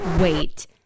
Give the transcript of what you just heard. Wait